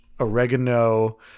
Oregano